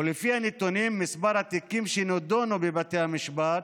ולפי הנתונים, מספר התיקים שנדונו בבתי המשפט